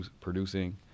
producing